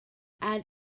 add